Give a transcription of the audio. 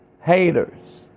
haters